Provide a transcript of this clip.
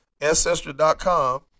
Ancestry.com